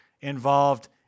involved